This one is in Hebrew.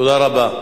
תודה רבה.